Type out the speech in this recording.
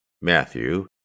Matthew